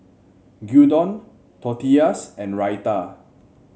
Gyudon Tortillas and Raita